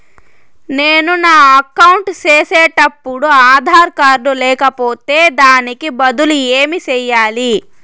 నేను నా అకౌంట్ సేసేటప్పుడు ఆధార్ కార్డు లేకపోతే దానికి బదులు ఏమి సెయ్యాలి?